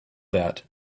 that